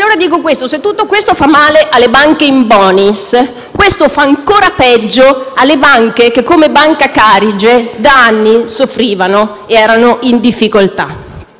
forte. Se tutto questo fa male alle banche *in bonis*, fa ancora peggio alle banche che, come Banca Carige, da anni soffrivano ed erano in difficoltà.